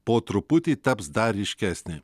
po truputį taps dar ryškesnė